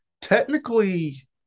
technically